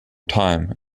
time